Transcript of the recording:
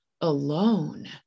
alone